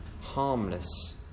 harmless